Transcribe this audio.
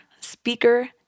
speaker